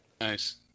Nice